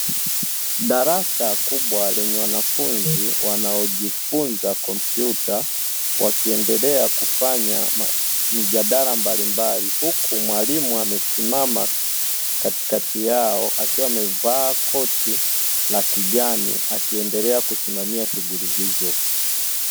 Darasa kubwa lenye wanfunzi wanaojifunza kompyuta, wakiendelea kufanya mijadala mbalimbali huku mwalimu amesimama katikati yao, akiwa amevaa koti la kijani akiendelea kusimamia shughuli hizo.